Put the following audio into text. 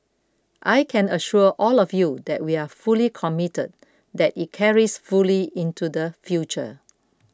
I can assure all of you that we are fully committed that it carries fully into the future